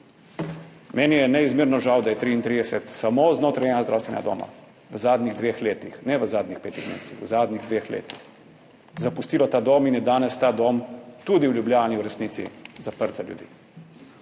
Meni je neizmerno žal, da je 33 [zdravnikov] samo znotraj enega zdravstvenega doma v zadnjih dveh letih, ne v zadnjih petih mesecih, v zadnjih dveh letih zapustilo ta dom in je danes ta dom tudi v Ljubljani v resnici zaprt za ljudi.